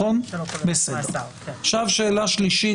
כמו שאמרתי,